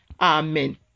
Amen